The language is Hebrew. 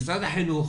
משרד החינוך,